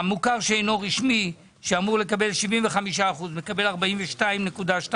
והמוכר שאינו רשמי שאמור לקבל 75%, מקבל 42.2%,